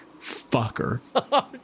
fucker